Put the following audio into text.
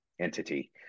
entity